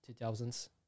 2000s